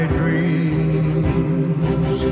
dreams